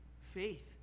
Faith